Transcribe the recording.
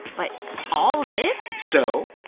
but all this? so,